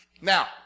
Now